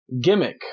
gimmick